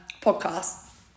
podcast